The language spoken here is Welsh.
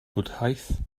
bwdhaeth